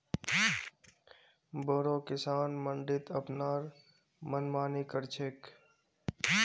बोरो किसान मंडीत अपनार मनमानी कर छेक